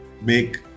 make